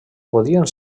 podien